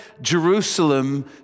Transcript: Jerusalem